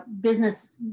business